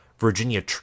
Virginia